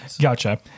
gotcha